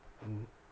mm